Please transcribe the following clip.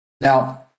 Now